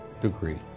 degree